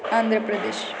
Andhra Pradesh